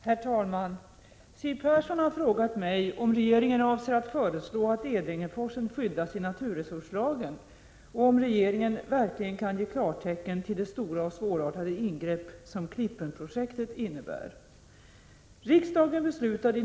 Herr talman! Siw Persson har frågat mig om regeringen avser att föreslå att Edängeforsen skyddas i naturresurslagen och om regeringen verkligen kan ge klartecken till det stora och svårartade ingrepp som Klippen-projektet innebär.